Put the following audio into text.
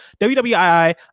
WWII